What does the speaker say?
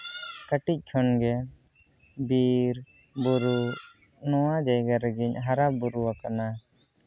ᱠᱟᱹᱴᱤᱡ ᱠᱷᱚᱱ ᱜᱮ ᱵᱤᱨᱼᱵᱩᱨᱩ ᱱᱚᱣᱟ ᱡᱟᱭᱜᱟ ᱨᱮᱜᱤᱧ ᱦᱟᱨᱟᱼᱵᱩᱨᱩ ᱟᱠᱟᱱᱟ